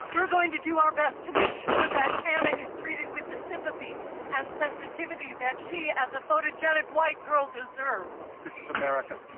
we're going to do our best to make sure that hannah is treated with the sympathy and sensitivity that she, as a photogenic white girl, deserves. this is america.